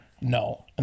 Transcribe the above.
No